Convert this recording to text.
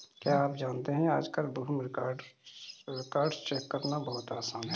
क्या आप जानते है आज कल भूमि रिकार्ड्स चेक करना बहुत आसान है?